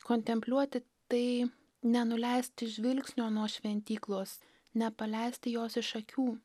kontempliuoti tai nenuleisti žvilgsnio nuo šventyklos nepaleisti jos iš akių